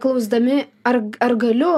klausdami ar ar galiu